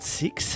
six